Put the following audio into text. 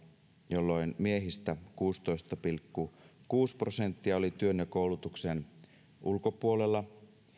jolloin miehistä kuusitoista pilkku kuusi prosenttia oli työn ja koulutuksen ulkopuolella